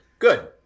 Good